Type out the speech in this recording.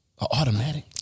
automatic